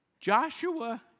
Joshua